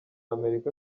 america